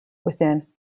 within